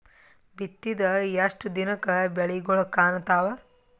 ಬಿತ್ತಿದ ಎಷ್ಟು ದಿನಕ ಬೆಳಿಗೋಳ ಕಾಣತಾವ?